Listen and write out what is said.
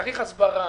צריך הסברה,